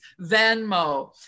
Venmo